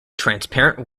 transparent